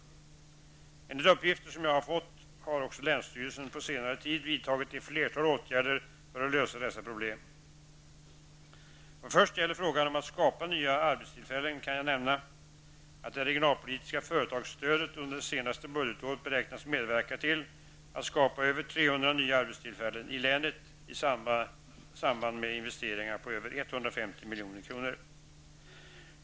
Enligt uppgifter som jag har fått har också länsstyrelsen på senare tid vidtagit ett flertal åtgärder för att lösa dessa problem. Vad först gäller frågan om att skapa nya arbetstillfällen kan jag nämna att det regionalpolitiska företagsstödet under det senaste budgetåret beräknas medverka till att skapa över 300 nya arbetstillfällen i länet i samband med investeringar på över 150 milj.kr.